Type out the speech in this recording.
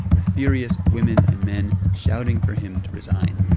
the furious women and men shouting for him to resign.